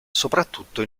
soprattutto